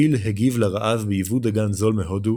פיל הגיב לרעב בייבוא דגן זול מהודו